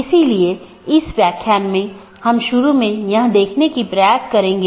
इसलिए आज हम BGP प्रोटोकॉल की मूल विशेषताओं पर चर्चा करेंगे